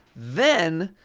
then,